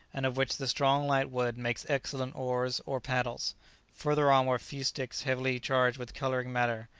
and of which the strong light wood makes excellent oars or paddles further on were fustics heavily charged with colouring matter,